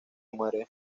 muere